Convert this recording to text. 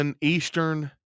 eastern